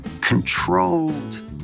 controlled